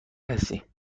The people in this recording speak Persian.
هستی